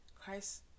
Christ